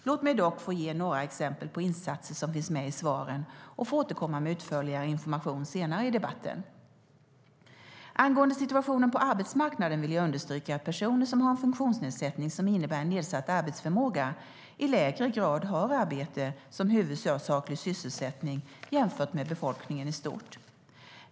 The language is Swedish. Låt mig dock få ge några exempel på insatser som finns med i svaren och få återkomma med utförligare information senare i debatten. Angående situationen på arbetsmarknaden vill jag understryka att personer som har en funktionsnedsättning som innebär en nedsatt arbetsförmåga i lägre grad har arbete som huvudsaklig sysselsättning jämfört med befolkningen i stort.